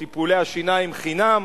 את טיפולי השיניים חינם